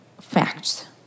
facts